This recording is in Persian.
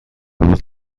باز